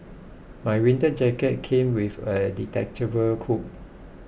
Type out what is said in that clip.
my winter jacket came with a detachable cool